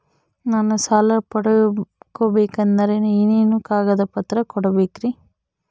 ನಾನು ಸಾಲ ಪಡಕೋಬೇಕಂದರೆ ಏನೇನು ಕಾಗದ ಪತ್ರ ಕೋಡಬೇಕ್ರಿ?